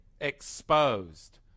Exposed